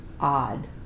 Odd